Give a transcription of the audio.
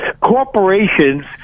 Corporations